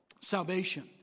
salvation